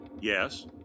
Yes